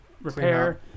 repair